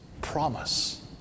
promise